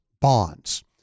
bonds